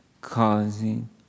causing